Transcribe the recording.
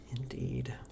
Indeed